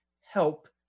help